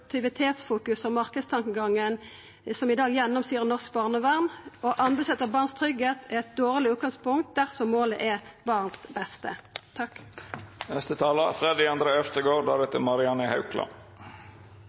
produktivitetsfokuset og marknadstankegangen som i dag gjennomsyrar norsk barnevern. Å anbodsutsetja barns tryggleik er eit dårleg utgangspunkt dersom målet er barns beste.